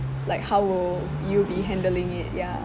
like how will you be handling it ya